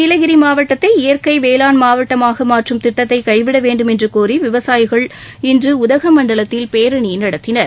நீலகிரி மாவட்டத்தை இயற்கை வேளாண் மாவட்டமாக மாற்றும் திட்டத்தை கைவிட வேண்டும் என்று கோரி விவசாயிகள் இன்று உதகமண்டலத்தில் பேரணி நடத்தினர்